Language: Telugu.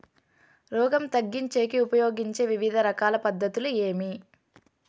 రోగం తగ్గించేకి ఉపయోగించే వివిధ రకాల పద్ధతులు ఏమి?